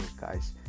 guys